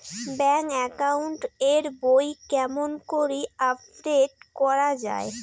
Bank account এর বই কেমন করি আপডেট করা য়ায়?